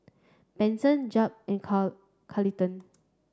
Benson Jeb and Car Carleton